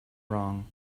wrong